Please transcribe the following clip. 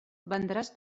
vendràs